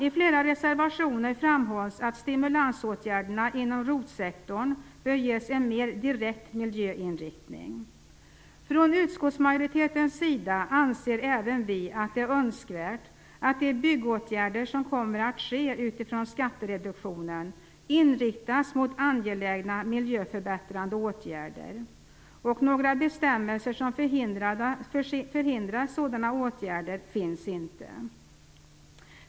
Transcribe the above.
I flera reservationer framhålls att stimulansåtgärderna inom ROT-sektorn bör ges en mer direkt miljöinriktning. Även från utskottsmajoritetens sida anser vi att det är önskvärt att de byggåtgärder som kommer att ske utifrån skattereduktionen inriktas mot angelägna miljöförbättrande åtgärder. Några bestämmelser som förhindrar sådana åtgärder finns inte.